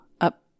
up